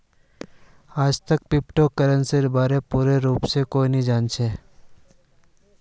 आईजतक क्रिप्टो करन्सीर बा र पूर्ण रूप स कोई भी नी जान छ